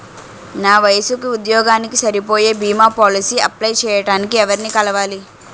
నా వయసుకి, ఉద్యోగానికి సరిపోయే భీమా పోలసీ అప్లయ్ చేయటానికి ఎవరిని కలవాలి?